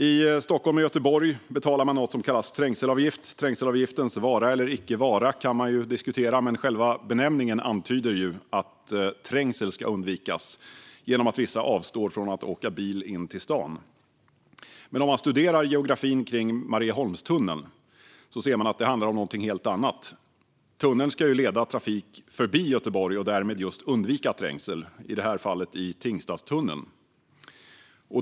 I Stockholm och Göteborg betalar man något som kallas trängselavgift. Trängselavgiftens vara eller icke vara kan man diskutera, men själva benämningen antyder ju att trängsel ska undvikas genom att vissa avstår från att åka bil in i stan. Men om man studerar geografin kring Marieholmstunneln ser man att det handlar om något helt annat. Tunneln ska ju leda trafik förbi Göteborg och därmed just undvika trängsel, i det här fallet i Tingstadstunneln.